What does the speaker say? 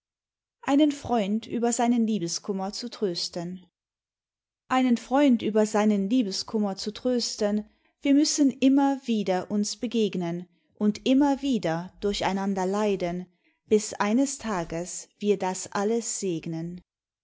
einen freund über seinen liebeskummer zu trösten einen freund über seinen liebeskummer zu trösten wir müssen immer wieder uns begegnen und immer wieder durch einander leiden bis eines tages wir das alles segnen